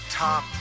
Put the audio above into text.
top